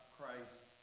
Christ